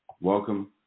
welcome